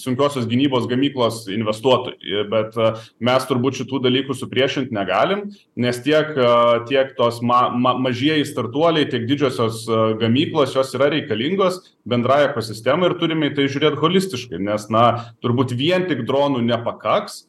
sunkiosios gynybos gamyklos investuotų ir bet mes turbūt šitų dalykų supriešint negalim nes tiek tiek tos ma ma mažieji startuoliai tiek didžiosios e gamybos jos yra reikalingos bendrai ekosistemai ir turime į tai žiūrėt holistiškai nes na turbūt vien tik dronų nepakaks